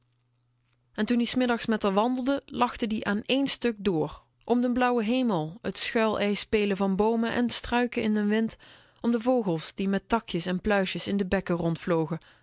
hoor en toen-ie s middags met r wandelde lachte ie aan één stuk door om den blauwen hemel t schuil ei spelen van boomen en struiken in den wind om de vogels die met takjes en pluisjes in de bekken